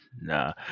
Nah